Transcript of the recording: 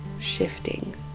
shifting